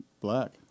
black